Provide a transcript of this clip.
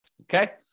Okay